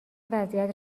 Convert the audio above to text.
وضعیت